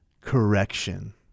Correction